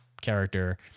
character